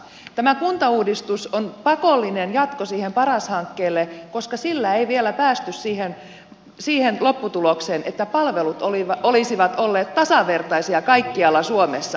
tämä kuntauudistus on pakollinen jatko paras hankkeelle koska sillä ei vielä päästy siihen lopputulokseen että palvelut olisivat olleet tasavertaisia kaikkialla suomessa